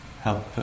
help